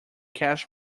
cash